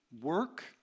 work